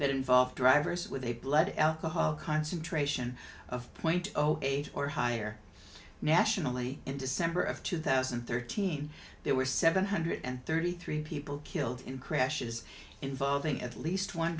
that involved drivers with a blood alcohol concentration of point zero eight or higher nationally in december of two thousand and thirteen there were seven hundred thirty three people killed in crashes involving at least one